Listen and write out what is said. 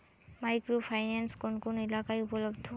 Micro finance কোন কোন এলাকায় উপলব্ধ?